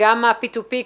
גם ה-פי טו פי,